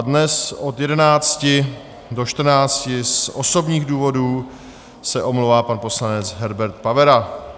Dnes od 11 do 14 z osobních důvodů se omlouvá pan poslanec Herbert Pavera.